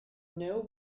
know